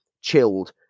chilled